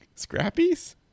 Scrappies